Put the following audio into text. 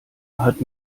hat